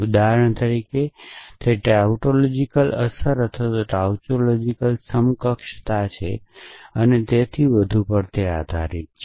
ઉદાહરણ તરીકે તે ટાઉટોલોજિકલ અસરો અથવા ટાઉટોલોજિકલ સમકક્ષતા અને તેથી વધુ પર આધારિત છે